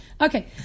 Okay